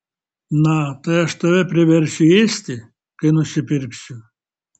na tai aš tave priversiu ėsti kai nusipirksiu